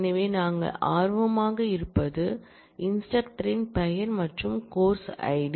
எனவே நாங்கள் ஆர்வமாக இருப்பது இன்ஸ்டிரக்டரின் பெயர் மற்றும் course id